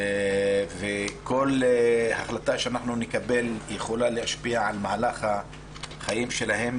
כל החלטה שאנחנו נקבל יכולה להשפיע על מהלך החיים שלהם,